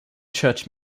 church